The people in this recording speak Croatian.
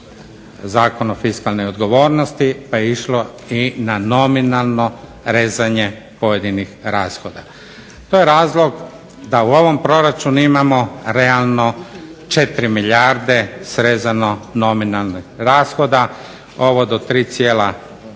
Zakon o fiskalnoj odgovornosti pa je išlo na nominalno rezanje pojedinih rashoda. To je razlog da u ovom proračunu imamo 4 milijarde srezano nominalnih rashoda. Ovo do 3,4